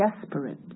desperate